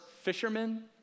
fishermen